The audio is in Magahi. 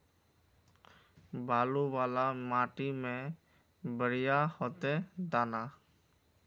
बालू वाला माटी में बढ़िया होते दाना?